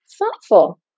thoughtful